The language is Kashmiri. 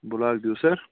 بُلاک دیوسَر